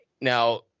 now –